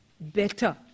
better